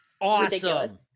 Awesome